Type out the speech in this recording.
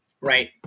right